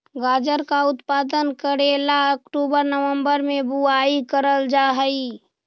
गाजर का उत्पादन करे ला अक्टूबर नवंबर में बुवाई करल जा हई